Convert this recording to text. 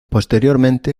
posteriormente